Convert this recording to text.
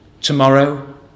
tomorrow